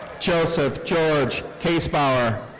joseph george kaesbauer.